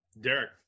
Derek